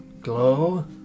Glow